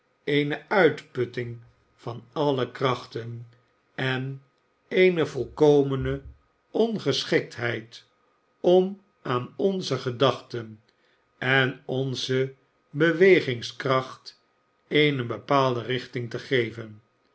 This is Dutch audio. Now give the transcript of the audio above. eene uitputting van alle krachten en eene volkomene ongeschiktheid om aan onze gedachten en onze bewegingskracht eene bepaalde richting te geven